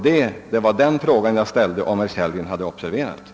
Det var den frågan jag ställde, om herr Kellgren hade observerat det.